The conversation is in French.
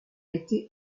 été